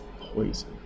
poison